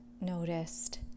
noticed